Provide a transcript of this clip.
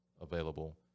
available